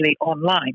online